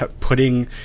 putting